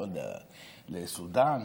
לסודאן,